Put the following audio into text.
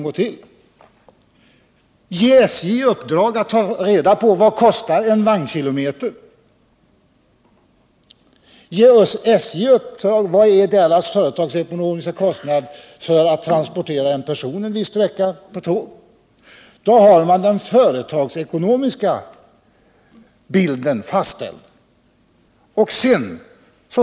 Ge SJ i uppdrag att ta reda på vad en vagnkilometer kostar och att ta reda på den företagsekonomiska kostnaden för transport av en person en viss sträcka på tåg. Då har man den företagsekonomiska bilden fastställd.